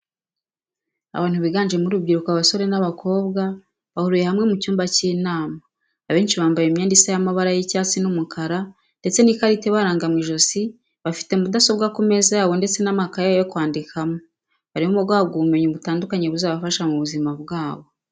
Abantu biganjemo urubyiruko abasore n'abakobwa bahuriye hamwe mu cyumba cy'inama, abenshi bambaye imyenda isa y'amabara y'icyatsi n'umukara ndetse n'ikarita ibaranga mu ijosi bafite mudasobwa ku meza yabo ndetse n'amakaye yo kwandikamo, barimo guhabwa ubumenyi butandukanye buzabafasha mu buzima bwabo.